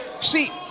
See